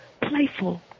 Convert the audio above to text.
playful